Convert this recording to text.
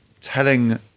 telling